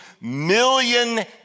million